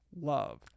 love